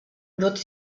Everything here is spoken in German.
wird